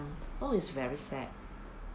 oh is very sad